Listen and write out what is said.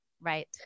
right